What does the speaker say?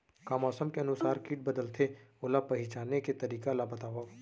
का मौसम के अनुसार किट बदलथे, ओला पहिचाने के तरीका ला बतावव?